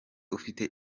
ufite